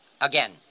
again